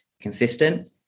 consistent